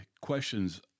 questions